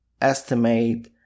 estimate